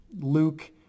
Luke